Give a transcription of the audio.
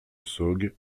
saugues